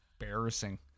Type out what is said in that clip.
Embarrassing